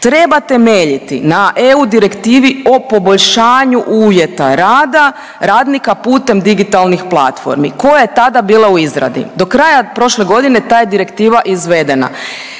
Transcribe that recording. treba temeljiti na EU direktivi o poboljšanju uvjeta rada radnika putem digitalnih platformi koja je tada bila u izradi. Do kraja prošle godine ta je direktiva izvedena.